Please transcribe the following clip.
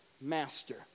master